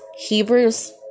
Hebrews